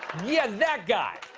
yeah, that guy.